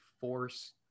force